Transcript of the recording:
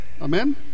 Amen